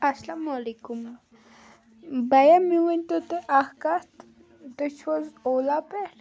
السلامُ علیکُم بَیا مے وۄنۍ تو تُہۍ اکھ کَتھ تُہۍ چھُوحظ اولا پٮ۪ٹھ